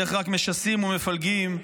איך רק משסים ומפלגים,